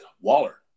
Waller